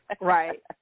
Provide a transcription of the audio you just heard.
Right